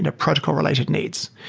and protocol-related needs.